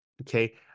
okay